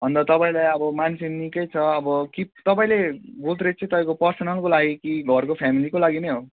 अन्त तपाईँलाई अब मान्छे निकै छ अब कि तपाईँले गोदरेज चाहिँ तपाईँको पर्सनलको लागि कि घरको फ्यामिलीको लागि नै हो